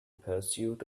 pursuit